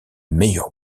meilleur